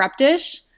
Preptish